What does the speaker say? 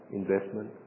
investment